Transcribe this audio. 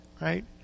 right